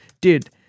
dude